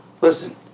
Listen